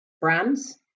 brands